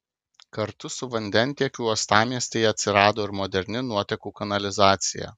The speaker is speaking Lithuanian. kartu su vandentiekiu uostamiestyje atsirado ir moderni nuotekų kanalizacija